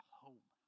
home